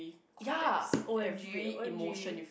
ya O_M_G O_M_G